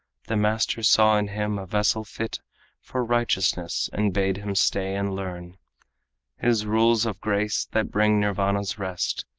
the master saw in him a vessel fit for righteousness, and bade him stay and learn his rules of grace that bring nirvana's rest.